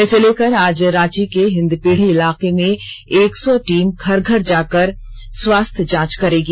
इसे लेकर आज रांची के हिन्दपीढ़ी इलाके में एक सौ टीम घर घर जाकर स्वास्थ्य जांच करेगी